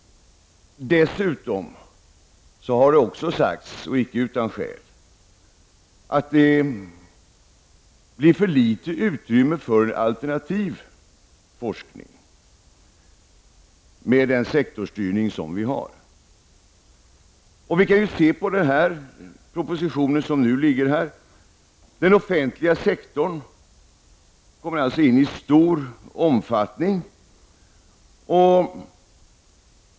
Dessutom har det sagts, och icke utan skäl, att det blir för litet utrymme för alternativ forskning med den sektorsstyrning som vi har. Vi kan se på den proposition som nu ligger på bordet. Den offentliga sektorn kommer in i stor omfattning.